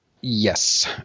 Yes